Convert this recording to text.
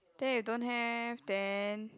then if don't have then